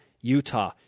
Utah